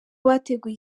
bateguye